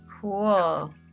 Cool